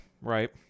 right